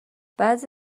بعضی